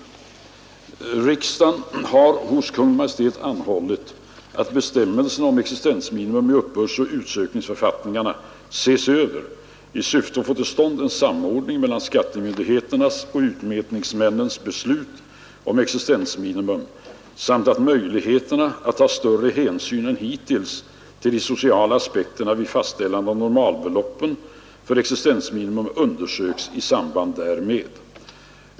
Riksdagen har hos Kungl. Maj:t anhållit att bestämmelserna om existensminimum i uppbördsoch utsökningsförfattningarna ses över i syfte att få till stånd en samordning mellan skattemyndigheternas och utmätningsmännens beslut om existensminimum samt att möjligheterna att ta större hänsyn än hittills till de sociala aspekterna vid fastställande av normalbeloppen för existensminimum undersöks i samband därmed.